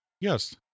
Yes